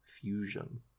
Fusion